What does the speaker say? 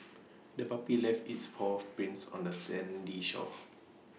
the puppy left its paw prints on the sandy shore